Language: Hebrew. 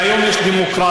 והיום יש דמוקרטיה.